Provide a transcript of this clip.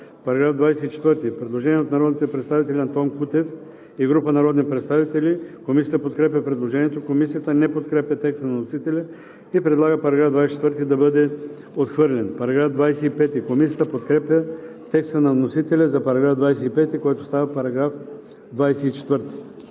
По § 24 има предложение от народния представител Антон Кутев и група народни представители. Комисията подкрепя предложението. Комисията не подкрепя текста на вносителя и предлага § 24 да бъде отхвърлен. Комисията подкрепя текста на вносителя за § 25, който става § 24.